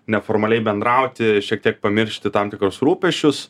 neformaliai bendrauti šiek tiek pamiršti tam tikrus rūpesčius